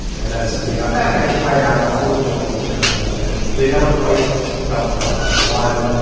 and then since we got back, i tried out a couple of different ones here in arlington and they never quite felt right like one.